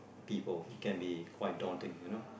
people it can be quite daunting you know